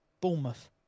Bournemouth